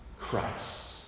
Christ